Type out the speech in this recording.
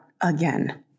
again